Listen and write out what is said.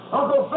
Uncle